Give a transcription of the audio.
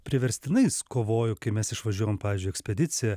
priverstinais kovoju kai mes išvažiuojam pavyzdžiui ekspediciją